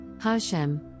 HaShem